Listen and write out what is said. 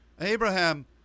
Abraham